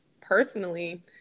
personally